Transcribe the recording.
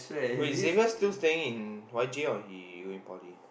wait Xavier still saying in Y_J or he going poly